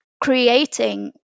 creating